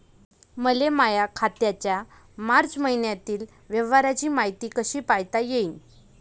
मले माया खात्याच्या मार्च मईन्यातील व्यवहाराची मायती कशी पायता येईन?